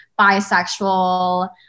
bisexual